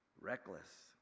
reckless